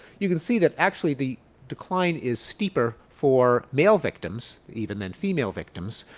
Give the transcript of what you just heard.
you can see that actually the decline is steeper for male victims even than female victims.